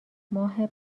ماه